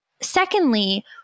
Secondly